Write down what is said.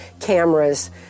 cameras